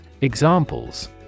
Examples